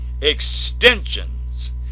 extensions